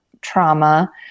trauma